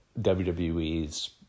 WWE's